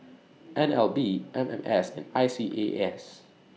N L B M M S and I C A S